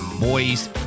boys